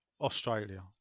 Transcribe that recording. Australia